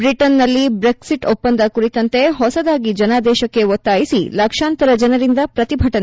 ಬ್ರಿಟನ್ನಲ್ಲಿ ಟ್ರೆಕಿಟ್ ಒಪ್ಪಂದ ಕುರಿತಂತೆ ಹೊಸದಾಗಿ ಜನಾದೇಶಕ್ಕೆ ಒತ್ತಾಯಿಸಿ ಲಕ್ಸಾಂತರ ಜನರಿಂದ ಪ್ರತಿಭಟನೆ